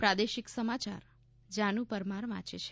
પ્રાદેશિક સમાચાર જાનુ પરમાર વાંચે છે